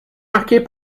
marquées